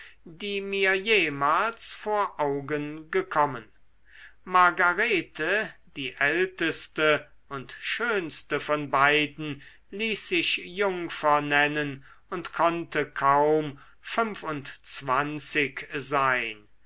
die mir jemals vor augen gekommen margarete die älteste und schönste von beiden ließ sich jungfer nennen und konnte kaum fünfundzwanzig sein